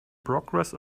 progress